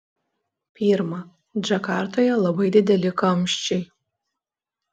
pirma džakartoje labai dideli kamščiai